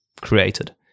created